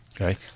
Okay